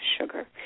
sugar